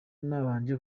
ntabanje